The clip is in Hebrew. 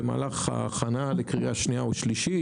במהלך ההכנה לקריאה שנייה ושלישית,